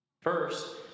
First